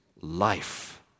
life